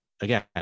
Again